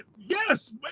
Yes